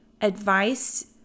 advice